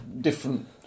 different